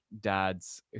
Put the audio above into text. dads